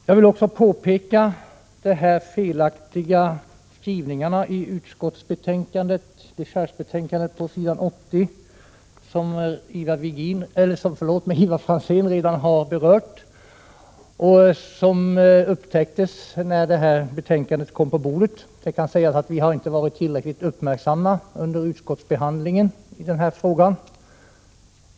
Jag vill också påtala de felaktiga uppgifter på s. 80 i dechargebetänkandet som Ivar Franzén redan har berört och som upptäcktes när betänkandet kom på bordet. Det kan sägas att vi under utskottsbehandlingen inte har varit tillräckligt uppmärksamma i den här frågan.